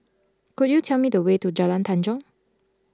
could you tell me the way to Jalan Tanjong